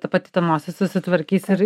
ta pati ta nosis susitvarkys ir